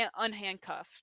unhandcuffed